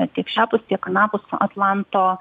ne tik šiapus tiek anapus atlanto